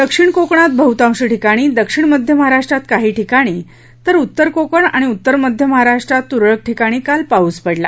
दक्षिण कोकणात बहतांश ठिकाणी दक्षिण मध्य महाराष्ट्रात काही ठिकाणी तर उत्तर कोकण आणि उत्तर मध्य महाराष्ट्रात त्रळक ठिकाणी काल पाऊस पडला